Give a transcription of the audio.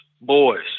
boys